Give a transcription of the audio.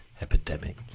epidemic